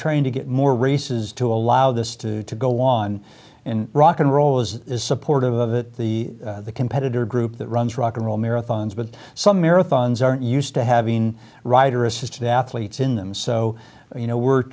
trying to get more races to allow this to go on and rock and roll is is supportive of that the competitor group that runs rock and roll marathons but some marathons aren't used to having rider assisted athletes in them so you know we're